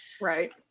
Right